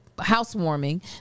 Housewarming